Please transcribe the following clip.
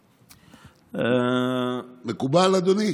מקובל, אדוני?